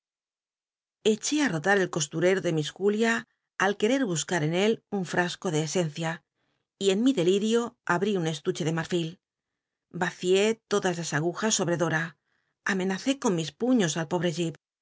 eché roclal el costurero de miss julia al querer buscar en él un frasco de esencia y en mi delirio abrí un estuche de marfil vacié todas las agujas sobre dora amenacé con mis puños al